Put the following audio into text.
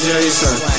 Jason